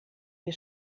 wir